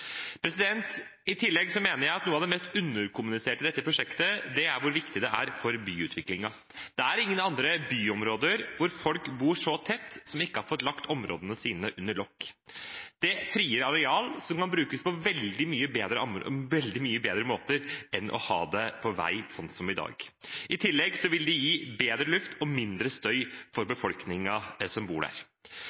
I tillegg mener jeg at noe av det mest underkommuniserte i dette prosjektet er hvor viktig det er for byutviklingen. Det er ingen andre byområder hvor folk bor så tett, som ikke har fått lagt områdene sine under lokk. Det frigjør areal som kan brukes på veldig mye bedre måter enn å ha det på vei, sånn som i dag. I tillegg vil det gi bedre luft og mindre støy for befolkningen som bor der.